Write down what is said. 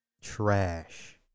Trash